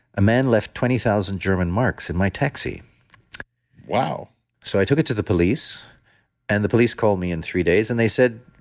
a man left twenty thousand german marks in my taxi wow so i took it to the police and the police called me in three days and they said,